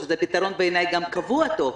שזה בעיניי גם פתרון קבע טוב,